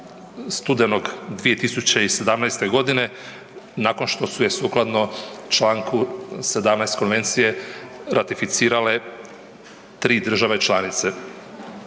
studenog 2017. godine nakon što su je sukladno Članku 17. Konvencije ratificirale 3 države članice.